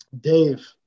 Dave